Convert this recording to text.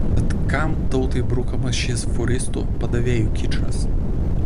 tad kam tautai brukamas šis fūristų padavėjų kičas